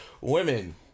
Women